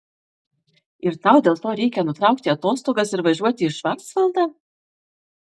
ir tau dėl to reikia nutraukti atostogas ir važiuoti į švarcvaldą